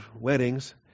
weddings